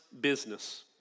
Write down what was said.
business